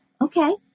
Okay